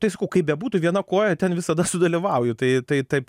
tai sakau kaip bebūtų viena koja ten visada sudalyvauju tai tai taip